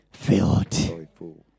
Filled